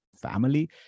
family